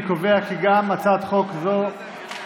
אני קובע כי גם הצעת חוק זו עברה,